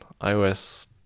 iOS